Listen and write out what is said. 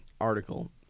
article